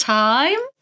time